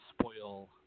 spoil